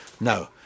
No